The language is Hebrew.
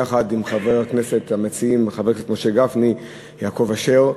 יחד עם חברי הכנסת המציעים חברי הכנסת משה גפני ויעקב אשר,